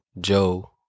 Joe